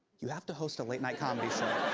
you have to host a late-night comedy show.